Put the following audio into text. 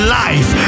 life